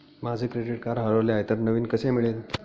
माझे credit card हरवले आहे तर नवीन कसे मिळेल?